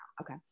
Okay